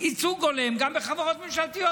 למה לא עשית ייצוג הולם גם בחברות ממשלתיות,